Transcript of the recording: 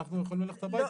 אנחנו יכולים ללכת הביתה.